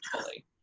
fully